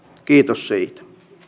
kiitos siitä